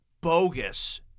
bogus